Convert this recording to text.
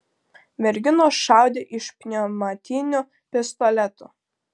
merginos šaudė iš pneumatinių pistoletų